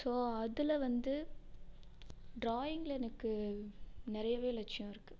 so அதில் வந்து டிராயிங்கில் எனக்கு நிறையவே லட்சியம் இருக்குது